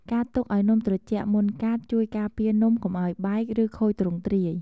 ការទុកឱ្យនំត្រជាក់មុនកាត់ ជួយការពារនំកុំឱ្យបែក ឬខូចទ្រង់ទ្រាយ។